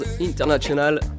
International